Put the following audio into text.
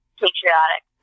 patriotic